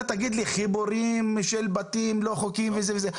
אתה תגיד לי חיבורים של בתים לא חוקיים וזה וזה.